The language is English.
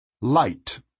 Light